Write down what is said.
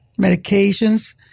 medications